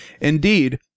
Indeed